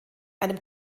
einem